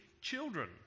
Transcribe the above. children